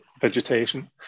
vegetation